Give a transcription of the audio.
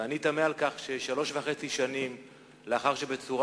ואני תמה על כך ששלוש שנים וחצי לאחר שבצורה